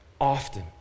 Often